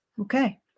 Okay